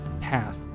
path